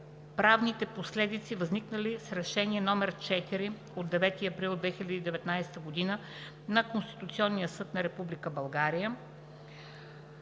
правните последици, възникнали от Решение № 4 от 9 април 2019 г. на Конституционния съд на Република България